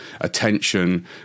attention